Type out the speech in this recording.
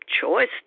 choice